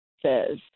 says